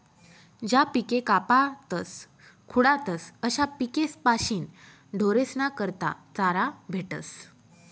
ज्या पिके कापातस खुडातस अशा पिकेस्पाशीन ढोरेस्ना करता चारा भेटस